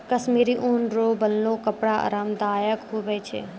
कश्मीरी ऊन रो बनलो कपड़ा आराम दायक हुवै छै